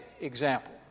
example